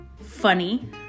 funny